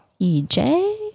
EJ